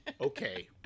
okay